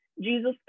Jesus